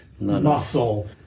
muscle